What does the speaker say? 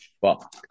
Fuck